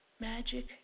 Magic